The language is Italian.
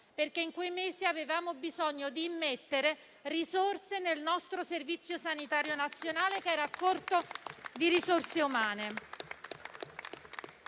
perché in quei mesi avevamo bisogno di immettere risorse nel nostro Servizio sanitario nazionale, che era a corto di personale.